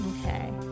okay